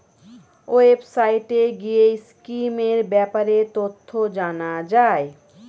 ওয়েবসাইটে গিয়ে স্কিমের ব্যাপারে তথ্য জানা যায়